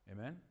amen